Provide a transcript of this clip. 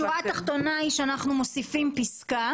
השורה התחתונה היא שאנחנו מוסיפים פסקה